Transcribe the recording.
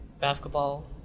Basketball